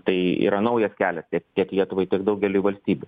tai yra naujas kelias tiek tiek lietuvai tiek daugeliui valstybių